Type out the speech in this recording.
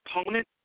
opponent